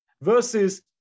Versus